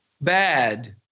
bad